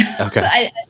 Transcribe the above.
Okay